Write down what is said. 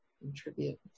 contribute